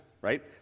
Right